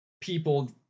people